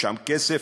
יש שם כסף,